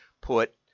put